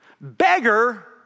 beggar